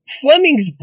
Fleming's